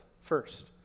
first